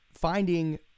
finding